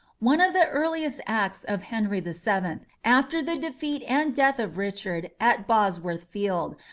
one of the earliest acts of henry the seventh, after the defeat and death of richard at bosworth field,